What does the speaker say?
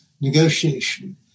negotiation